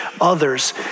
others